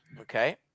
Okay